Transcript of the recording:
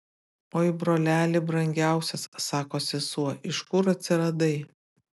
oi broleli brangiausias sako sesuo iš kur atsiradai